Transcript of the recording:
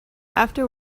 after